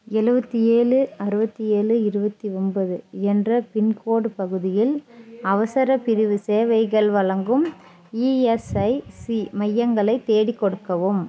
எழுபத்தி ஏழு அறுபத்தி ஏழு இருபத்தி ஒன்பது என்ற பின்கோடு பகுதியில் அவசர பிரிவு சேவைகள் வழங்கும் இஎஸ்ஐசி மையங்களை தேடி கொடுக்கவும்